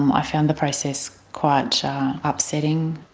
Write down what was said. um i found the process quite upsetting.